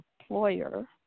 employer